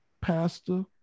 pastor